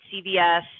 CVS